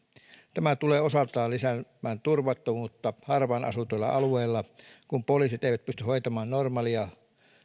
tämä tulee osaltaan lisäämään turvattomuutta harvaan asutuilla alueilla kun poliisit eivät pysty hoitamaan normaaleja